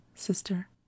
Sister